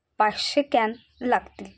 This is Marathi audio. पाचशे कॅन लागतील